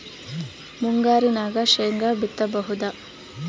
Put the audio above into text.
ಮುಂಗಾರಿನಾಗ ಶೇಂಗಾ ಬಿತ್ತಬಹುದಾ?